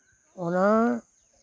ᱚᱱᱟ